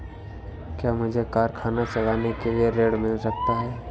क्या मुझे कारखाना चलाने के लिए ऋण मिल सकता है?